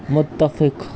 منتفق